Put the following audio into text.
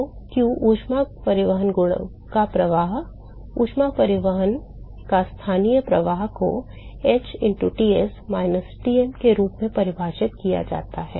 तो q ऊष्मा परिवहन का प्रवाह ऊष्मा परिवहन का स्थानीय प्रवाह को h into Ts minus ™ के रूप में परिभाषित किया जाता है